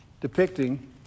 depicting